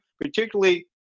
particularly